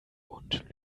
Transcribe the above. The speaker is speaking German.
und